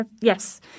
yes